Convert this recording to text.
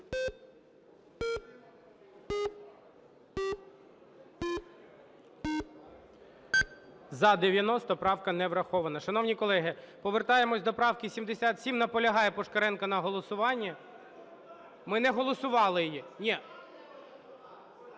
За-90 Правка не врахована. Шановні колеги, повертаємось до правки 77. Наполягає Пушкаренко на голосуванні. (Шум у залі) Ми не голосували її.